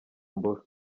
mbura